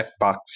checkbox